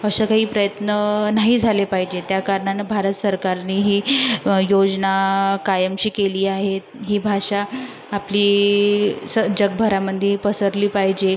असे काही प्रयत्न नाही झाले पाहिजेत त्या कारणानं भारत सरकारनी ही योजना कायमची केली आहे ही भाषा आपली जगभरामध्ये पसरली पाहिजे